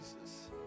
Jesus